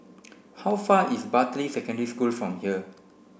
how far is Bartley Secondary School from here